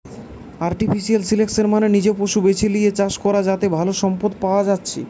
artificial selection মানে নিজে পশু বেছে লিয়ে চাষ করা যাতে ভালো সম্পদ পায়া যাচ্ছে